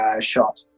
shot